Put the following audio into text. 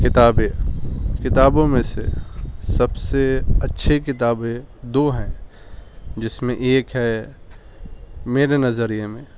کتابیں کتابوں میں سے سب سے اچھی کتابیں دو ہیں جس میں ایک ہے میرے نظریے میں